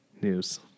news